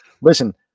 listen